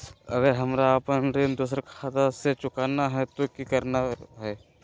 अगर हमरा अपन ऋण दोसर खाता से चुकाना है तो कि करना है?